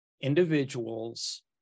Individuals